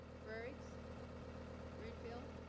frerichs greenfield